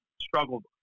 struggled